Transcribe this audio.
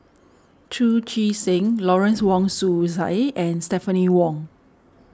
Chu Chee Seng Lawrence Wong Shyun Tsai and Stephanie Wong